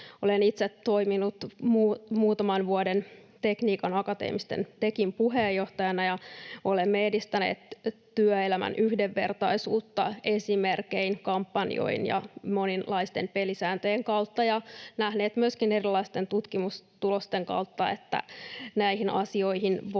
Olen itse toiminut muutaman vuoden Tekniikan akateemisten, TEKin, puheenjohtajana, ja olemme edistäneet työelämän yhdenvertaisuutta esimerkein, kampanjoin ja moninaisten pelisääntöjen kautta ja nähneet myöskin erilaisten tutkimustulosten kautta, että näihin asioihin